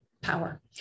power